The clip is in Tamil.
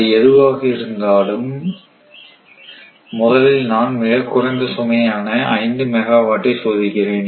அது எதுவாக இருந்தாலும் முதலில் நான் மிகக்குறைந்த சுமையான 5 மெகாவாட்டை சோதிக்கிறேன்